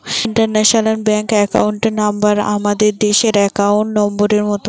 international bank account number আমাদের দেশের account নম্বরের মত